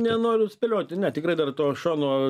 nenoriu spėlioti ne tikrai dar to šono